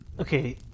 Okay